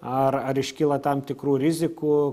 ar ar iškyla tam tikrų rizikų